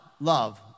love